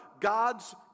God's